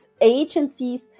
agencies